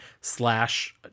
slash